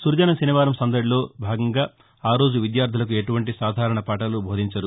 సృజన శనివారం సందడిలో భాగంగా ఆ రోజు విద్యార్దులకు ఎలాంటి సాధారణ పాఠాలు బోధించరు